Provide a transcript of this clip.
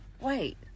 Wait